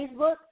Facebook